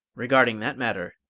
regarding that matter,